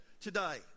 today